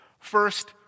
First